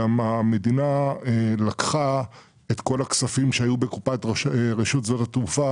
המדינה לקחה את כל הכספים שהיו בקופת רשות שדות התעופה